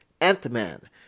Ant-Man